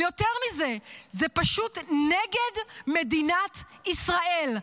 ויותר מזה, זה פשוט נגד מדינת ישראל.